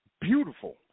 beautiful